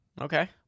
Okay